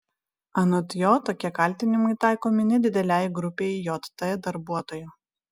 anot jo tokie kaltinimai taikomi nedidelei grupei jt darbuotojų